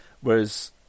whereas